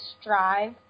strive